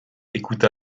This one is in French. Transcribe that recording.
écouta